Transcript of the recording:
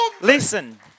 Listen